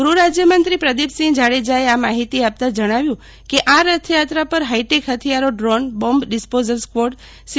ગૃહ રાજયમંત્રી પ્રદિપસિંહ જાડેજાએ આ માહિતી આપતાં જણાવ્યું કે આ રથયાત્રા પર હાઈટેક હથિયારો drone bomb disposal squad C